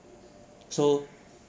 so